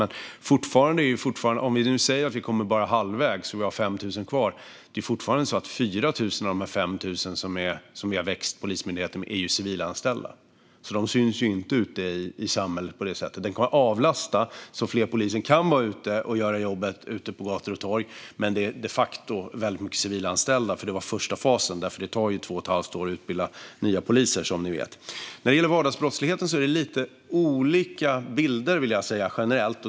Man kan säga att vi bara kommer halvvägs och att vi har 5 000 kvar, men det är fortfarande så att 4 000 av de 5 000 som vi har förstärkt Polismyndigheten med är civilanställda. De syns alltså inte ute i samhället på det sättet. De kan avlasta så att fler poliser kan vara ute och göra jobbet på gator och torg, men det är de facto väldigt mycket civilanställda det handlar om. Det var nämligen första fasen. Det tar dessutom, som ni vet, två och ett halvt år att utbilda nya poliser. När det gäller vardagsbrottsligheten vill jag säga att det finns lite olika bilder generellt.